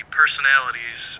personalities